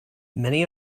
many